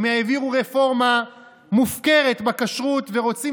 הם העבירו רפורמה מופקרת בכשרות ורוצים